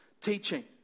teaching